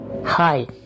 Hi